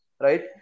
Right